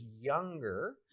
younger